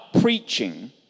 preaching